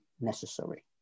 necessary